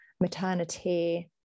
maternity